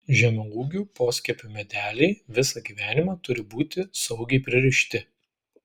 žemaūgių poskiepių medeliai visą gyvenimą turi būti saugiai pririšti